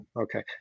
Okay